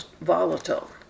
volatile